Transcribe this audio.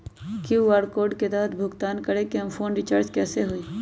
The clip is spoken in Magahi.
कियु.आर कोड के तहद भुगतान करके हम फोन रिचार्ज कैसे होई?